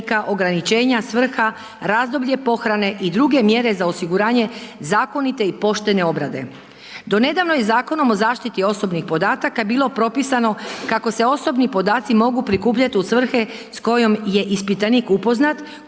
ograničenja, svrha, razdoblje pohrane i druge mjere za osiguranje zakonite i poštene obrade. Do nedavno je Zakonom o zaštiti osobnih podataka bilo propisano kako se osobni podaci mogu prikupljat u svrhe s kojom je ispitanik upoznat,